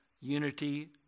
unity